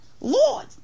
Lord